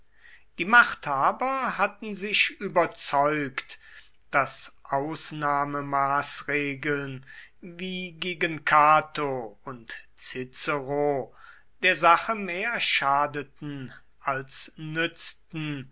die machthaber hatten sich überzeugt daß ausnahmemaßregeln wie die gegen cato und cicero der sache mehr schadeten als nützten